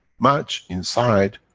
match inside,